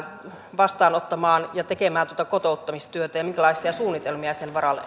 vastaanottamaan ja tekemään tuota kotouttamistyötä ja minkälaisia suunnitelmia sen varalle